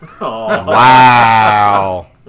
Wow